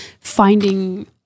finding